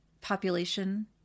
population